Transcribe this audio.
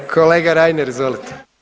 Kolega Reiner, izvolite.